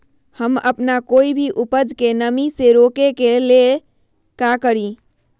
हम अपना कोई भी उपज के नमी से रोके के ले का करी?